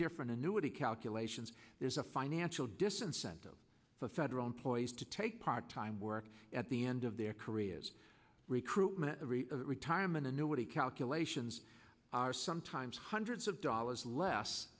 different annuity calculations there's a financial disincentive for federal employees to take part time work at the end of their careers recruitment retirement annuity calculations are sometimes hundreds of dollars less